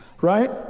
right